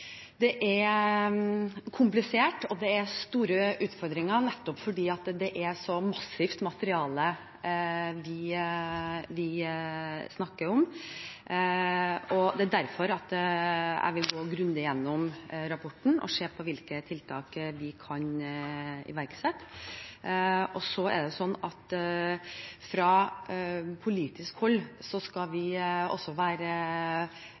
er komplisert, og det er store utfordringer, nettopp fordi det er et så massivt materiale vi snakker om. Det er derfor jeg vil gå grundig igjennom rapporten og se på hvilke tiltak vi kan iverksette. Fra politisk hold skal vi være forsiktige med å legge altfor mange føringer for hva som først og fremst skal prioriteres. Det har vi